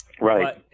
Right